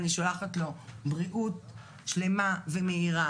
אני שולחת לו בריאות שלמה ומהירה